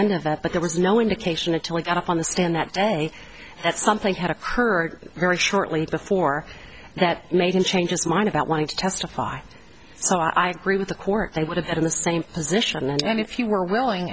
end of that but there was no indication at all i got up on the stand that day that something had occurred very shortly before that made him change his mind about wanting to testify so i agree with the court they would have been in the same position and if you were willing